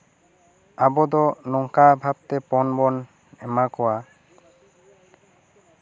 ᱟᱵᱚ ᱫᱚ ᱱᱚᱝᱠᱟ ᱵᱷᱟᱵ ᱛᱮ ᱯᱚᱱ ᱵᱚ ᱮᱢᱟ ᱠᱚᱣᱟ